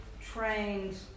Trained